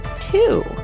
two